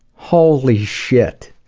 holy shit.